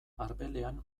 arbelean